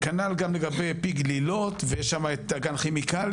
כנ"ל גם לגבי פי גלילות ויש שם את אגן כימיקלים